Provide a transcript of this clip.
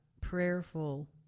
prayerful